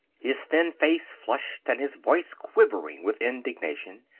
his thin face flushed and his voice quivering with indignation.